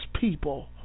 people